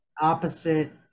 opposite